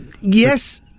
Yes